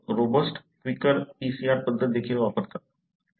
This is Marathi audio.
लोक रोबस्ट क्विकर PCR पद्धत देखील वापरतात